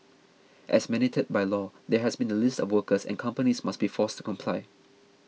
as mandated by law there has to be a list of workers and companies must be forced to comply